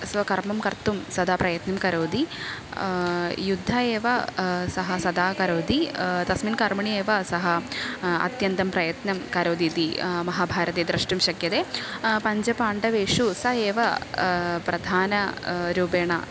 स्व कर्म कर्तुं सदा प्रयत्नं करोति युद्ध एव सः सदा करोति तस्मिन् कर्मणि एव सः अत्यन्तं प्रयत्नं करोतीति महाभारते द्रष्टुं शक्यते पञ्चपाण्डवेषु स एव प्रधान रूपेण